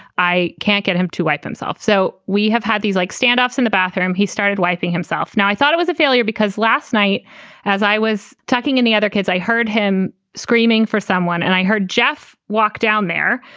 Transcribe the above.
i can't get him to like himself. so we have had these like standoffs in the bathroom. he started wiping himself. now, i thought it was a failure because last night as i was tucking in the other kids, i heard him screaming for someone and i heard jeff walk down there.